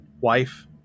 wife